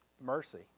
Mercy